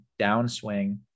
downswing